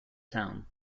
town